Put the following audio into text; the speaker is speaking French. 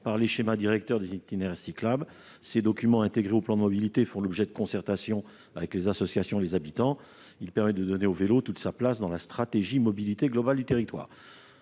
le schéma directeur des itinéraires cyclables. Ce document, intégré au plan de mobilité, fait l'objet d'une concertation avec les associations et les habitants ; il permet de donner au vélo toute sa place dans la stratégie de mobilité globale du territoire.